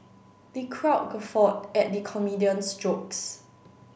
the crowd guffawed at the comedian's jokes